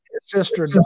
sister